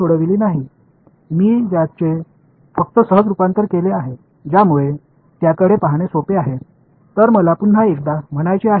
எனவே நான் உண்மையில் சிக்கலை தீர்க்கவில்லை அதைப் பார்ப்பதற்கு எளிதான வடிவமாக மாற்றியுள்ளேன்